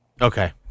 Okay